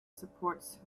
supports